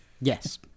Yes